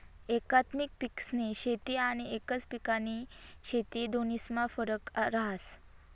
एकात्मिक पिकेस्नी शेती आनी एकच पिकनी शेती दोन्हीस्मा फरक रहास